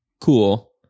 Cool